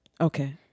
Okay